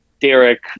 Derek